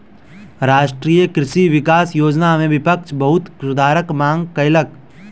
राष्ट्रीय कृषि विकास योजना में विपक्ष बहुत सुधारक मांग कयलक